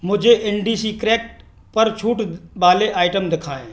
मुझे इंडिसीकरैक्ट पर छूट वाले आइटम दिखाएं